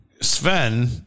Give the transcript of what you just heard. Sven